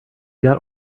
got